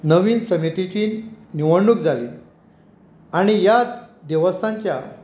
नवीन समितीची निवडणूक जाली आनी ह्या देवस्थानच्या